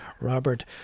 Robert